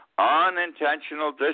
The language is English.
unintentional